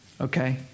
Okay